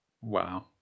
wow